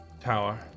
Tower